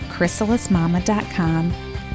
chrysalismama.com